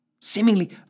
seemingly